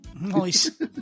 Nice